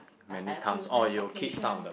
I I feel the occasion